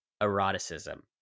eroticism